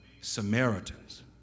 samaritans